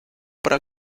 para